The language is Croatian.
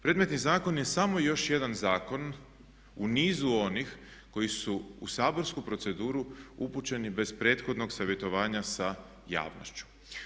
Predmetni zakon je samo još jedan zakon u nizu onih koji su u saborsku proceduru upućeni bez prethodnog savjetovanja sa javnošću.